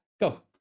Go